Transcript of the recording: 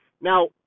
Now